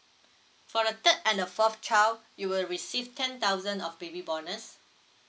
for the third and the fourth child you will receive ten thousand of baby bonus